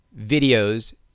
videos